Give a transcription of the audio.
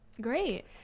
Great